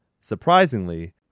surprisingly